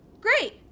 Great